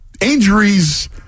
injuries